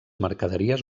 mercaderies